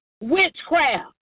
witchcraft